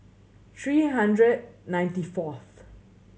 three hundred ninety fourth